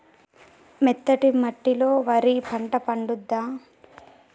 మెత్తటి మట్టిలో వరి పంట పండుద్దా?